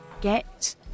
get